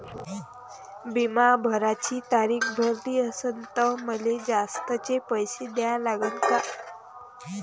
बिमा भराची तारीख भरली असनं त मले जास्तचे पैसे द्या लागन का?